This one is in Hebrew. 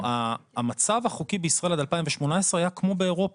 המצב החוקי בישראל עד 2018 היה כמו באירופה.